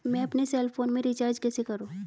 मैं अपने cell phone में रिचार्ज कैसे करूँ?